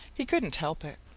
he couldn't help it.